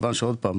מכיוון שעוד פעם,